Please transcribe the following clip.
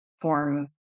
form